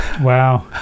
Wow